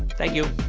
thank you.